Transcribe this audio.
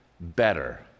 better